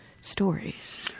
stories